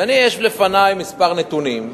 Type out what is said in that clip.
ואני, יש לפני כמה נתונים,